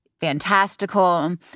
fantastical